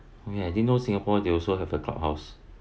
okay I didn't know singapore they also have a clubhouse